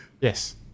Yes